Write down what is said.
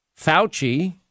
Fauci